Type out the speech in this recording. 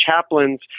chaplains